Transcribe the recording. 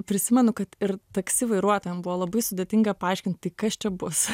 prisimenu kad ir taksi vairuotojam buvo labai sudėtinga paaiškinti kas čia bus